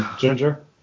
Ginger